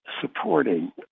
supporting